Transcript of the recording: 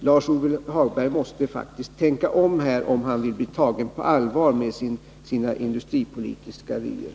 Lars-Ove Hagberg måste faktiskt tänka om här, om han vill tas på allvar med sina industripolitiska vyer.